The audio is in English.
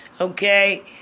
Okay